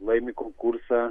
laimi konkursą